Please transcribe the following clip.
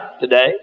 today